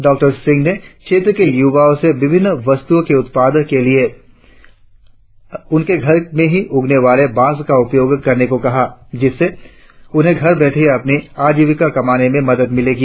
doctor Singh ने कहा कि क्षेत्र के युवाओं से विभिन्न वस्तुओं के उत्पादन के लिए उनके घर में ही उगने वाले बांस का उपयोग करने को कहा जिससे उन्हें घर बैठे ही अपनी आजविका कमाने में मदद मिलेगी